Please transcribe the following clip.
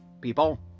people